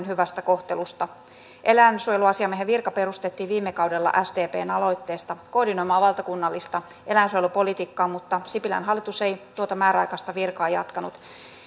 hyvästä kohtelusta eläinsuojeluasiamiehen virka perustettiin viime kaudella sdpn aloitteesta koordinoimaan valtakunnallista eläinsuojelupolitiikkaa mutta sipilän hallitus ei tuota määräaikaista virkaa jatkanut